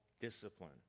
discipline